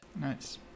Nice